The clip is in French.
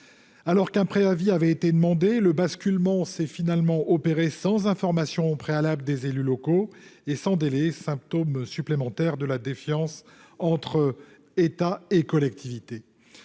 Alors qu'un préavis avait été demandé, ce basculement a finalement eu lieu sans information préalable des élus locaux et sans délai, symptôme supplémentaire de la défiance existant entre l'État et les collectivités.